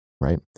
right